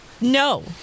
No